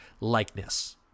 likeness